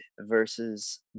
versus